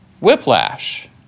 whiplash